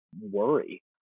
worry